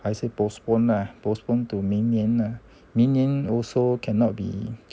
还是 postpone ah postpone to 明年啦明年 also cannot be